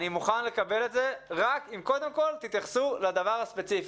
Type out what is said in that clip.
אבל אני מוכן לקבל את זה רק אם קודם כול תתייחסו לדבר הספציפי.